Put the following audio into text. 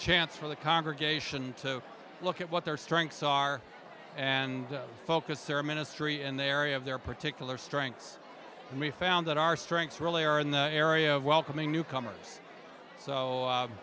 chance for the congregation to look at what their strengths are and focus or ministry in the area of their particular strengths and we found that our strengths really are in the area of welcoming newcomers so